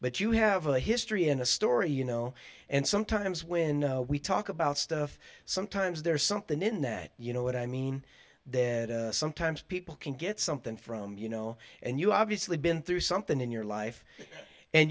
but you have a history in a story you know and sometimes when we talk about stuff sometimes there's something in that you know what i mean then sometimes people can get something from you know and you obviously been through something in your life and